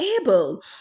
able